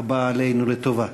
הבאה עלינו לטובה.